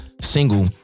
single